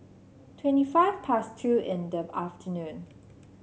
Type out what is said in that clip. twenty five past two in the afternoon